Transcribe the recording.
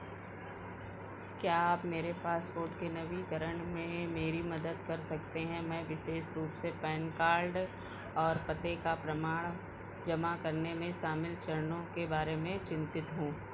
क्या आप मेरे पासपोर्ट के नवीनीकरण में मेरी मदद कर सकते हैं मैं विशेष रूप से पैन कार्ड और पते का प्रमाण जमा करने में शामिल चरणों के बारे में चिंतित हूँ